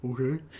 Okay